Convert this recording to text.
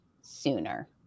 sooner